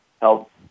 help